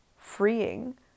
freeing